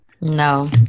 no